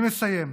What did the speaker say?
אני מסיים.